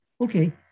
Okay